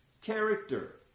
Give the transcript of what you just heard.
character